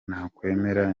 nakwemera